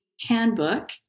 handbook